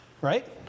right